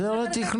אז זה רה תכנון.